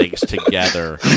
together